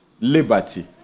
liberty